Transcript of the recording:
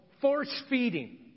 force-feeding